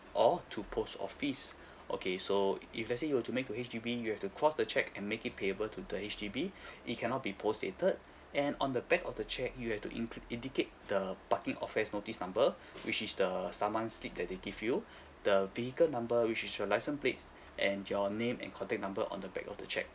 or to post office okay so if if let's say you were to make to H_D_B you have to cross the check and make it payable to the H_D_B it cannot be post dated and on the back of the cheque you have to include indicate the parking offence notice number which is the saman slip that they give you the vehicle number which is your licence plates and your name and contact number on the back of the cheque